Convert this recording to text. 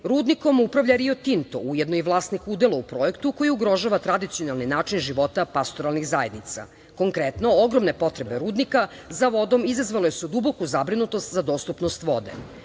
Rudnikom upravlja Rio Tinto, ujedno i vlasnik udela u projektu koji ugrožava tradicionalni način života pasturalnih zajednica. Konkretno, ogromne potrebe rudnika za vodom izazvale su duboku zabrinutost za dostupnost vode.